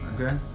Okay